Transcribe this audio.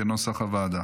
כנוסח הוועדה.